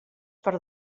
per